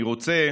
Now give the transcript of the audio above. אני רוצה